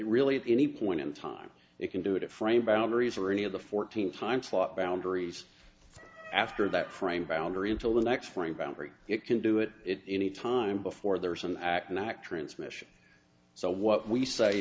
really at any point in time it can do it at frame boundaries or any of the fourteen time slot boundaries after that frame boundary until the next frame boundary it can do it it any time before there is an act and act transmission so what we say